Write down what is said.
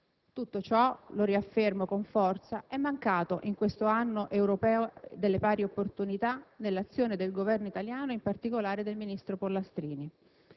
Tutto ciò, lo riaffermo con forza, è mancato in questo Anno europeo delle pari opportunità nell'azione del Governo italiano e in particolare del ministro Pollastrini.